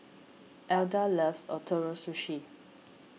Elda loves Ootoro Sushi